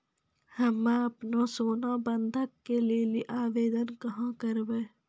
हम्मे आपनौ सोना बंधन के लेली आवेदन कहाँ करवै?